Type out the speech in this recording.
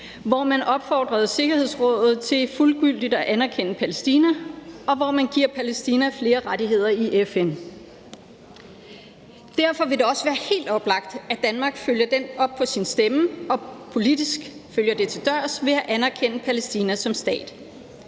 hvor man opfordrer sikkerhedsrådet til fuldgyldigt at anerkende Palæstina, og hvor man giver Palæstina flere rettigheder i FN. Derfor vil det også være helt oplagt, at Danmark følger op på sin stemme og politisk følger det til dørs ved at anerkende Palæstina som stat.